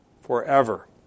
forever